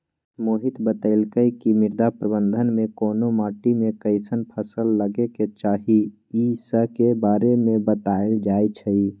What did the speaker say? मोहित बतलकई कि मृदा प्रबंधन में कोन माटी में कईसन फसल लगे के चाहि ई स के बारे में बतलाएल जाई छई